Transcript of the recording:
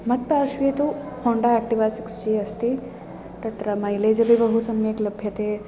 मत्पार्श्वे तु Honda Activa six G अस्ति तत्र मैलेज् अपि बहु सम्यक् लभ्यते